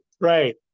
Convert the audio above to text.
Right